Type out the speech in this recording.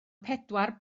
pedwar